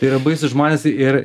yra baisūs žmonės ir